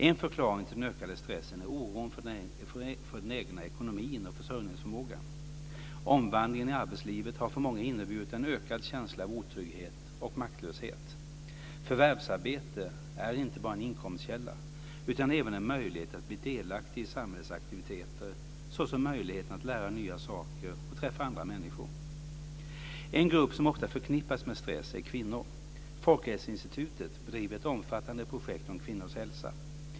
En förklaring till den ökade stressen är oron för den egna ekonomin och försörjningsförmågan. Omvandlingen i arbetslivet har för många inneburit en ökad känsla av otrygghet och maktlöshet. Förvärvsarbete är inte bara en inkomstkälla, utan även en möjlighet att bli delaktig i samhällets aktiviteter, såsom möjligheten att lära nya saker och träffa andra människor. En grupp som ofta förknippas med stress är kvinnor. Folkhälsoinstitutet, FHI, bedriver ett omfattande projekt om kvinnors hälsa.